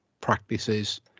practices